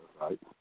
right